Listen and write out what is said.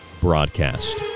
broadcast